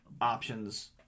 options